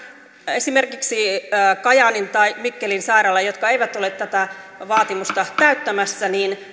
esimerkiksi nämä kajaanin tai mikkelin sairaalat jotka eivät ole tätä vaatimusta täyttämässä